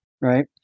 right